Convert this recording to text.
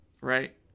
Right